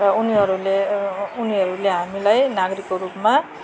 र उनीहरूले उनीहरूले हामीलाई नागरिकको रुपमा